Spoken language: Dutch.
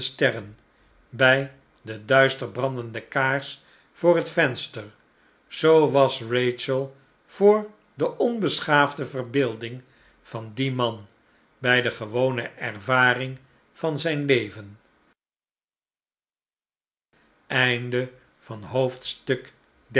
bij de duister brandende kaars voor het venster zoo was kachel voor de onbeschaafde verbeelding van dien man bij de gewone ervaring van zijn leven